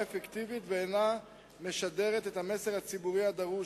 אפקטיבית ואינה משדרת את המסר הציבורי הדרוש.